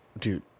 Dude